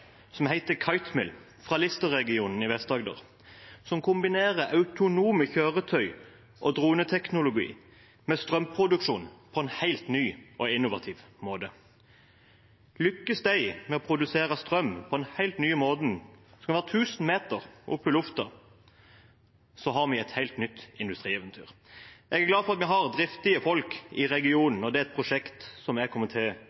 som heter Kitemill, fra Listerregionen i Vest-Agder, som kombinerer autonome kjøretøy og droneteknologi med strømproduksjon på en helt ny og innovativ måte. Lykkes de med å produsere strøm på denne helt nye måten, hvor kitene kan være 1 000 meter oppe i luften, har vi et helt nytt industrieventyr. Jeg er glad for at vi har driftige folk i